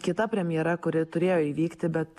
kita premjera kuri turėjo įvykti bet